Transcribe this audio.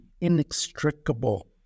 inextricable